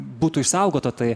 būtų išsaugota tai